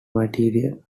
material